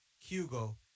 Hugo